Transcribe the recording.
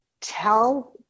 tell